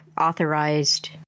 authorized